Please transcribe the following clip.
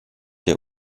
der